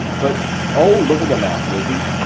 but oh, look at the map, lizzie!